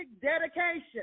dedication